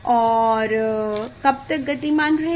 और कब तक गतिमान रहेगा